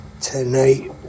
Tonight